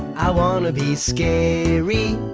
i wanna be scary.